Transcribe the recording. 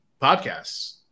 podcasts